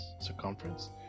circumference